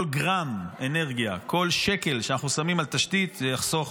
כל גרם אנרגיה, כל שקל שאנחנו שמים על תשתית יחסוך